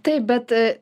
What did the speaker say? taip bet